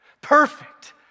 Perfect